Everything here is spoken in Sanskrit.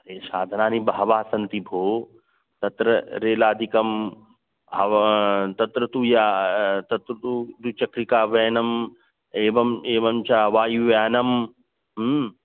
अरे साधनानि बहवः सन्ति भोः तत्र रेलादिकं भवान् तत्र तु या तत्र तु द्विचक्रिका वेनम् एवम् एवं च वायुव्यानं